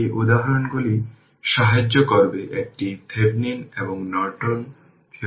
সুতরাং এখানেও iLeq 0 12 ampere